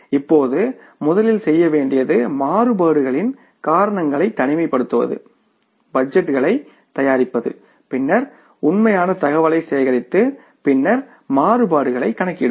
இப்போது முதலில் செய்ய வேண்டியது மாறுபாடுகளின் காரணங்களை தனிமைப்படுத்துவது பட்ஜெட்டுகளைத் தயாரிப்பது பின்னர் உண்மையான தகவல்களைச் சேகரித்து பின்னர் மாறுபாடுகளைக் கணக்கிடுவது